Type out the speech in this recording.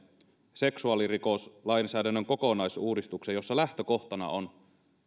seksuaalirikoslainsäädännön kokonaisuudistuksen jossa lähtökohtana on